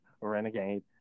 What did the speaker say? Renegade